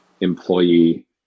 employee